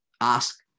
ask